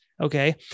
Okay